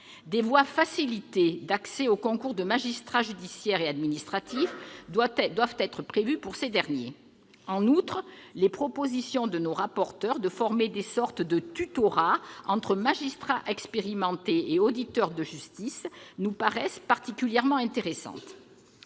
Des voies facilitant l'accès aux concours de magistrats judiciaires et administratifs doivent être prévues pour ces derniers. En outre, les propositions de nos rapporteurs visant à instaurer des formes de tutorat entre magistrats expérimentés et auditeurs de justice nous paraissent particulièrement intéressantes.